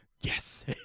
yes